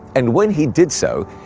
and when he did so,